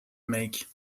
make